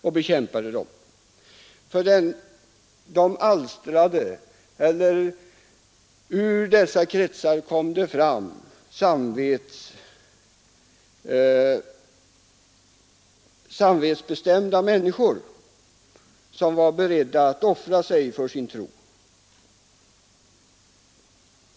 Han bekämpade dem därför att det ur dessa kretsar kom fram samvetsbestämda människor som var beredda att offra sig för sin tro.